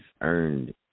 earned